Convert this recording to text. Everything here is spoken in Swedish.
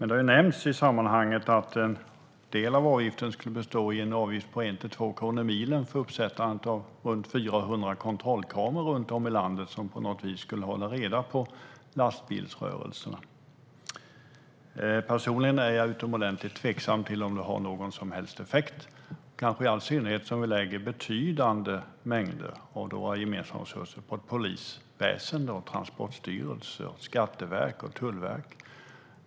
Det har nämnts i sammanhanget att en del av avgiften skulle bestå av en avgift på 1-2 kronor milen för uppsättandet av ca 400 kontrollkameror runt om i landet, som på något vis skulle hålla reda på lastbilsrörelserna. Personligen är jag utomordentligt tveksam till om detta har någon som helst effekt, i all synnerhet som vi lägger betydande mängder av våra gemensamma resurser på polisväsendet, Transportstyrelsen, Skatteverket och Tullverket. Herr talman!